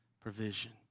provision